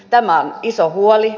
tämä on iso huoli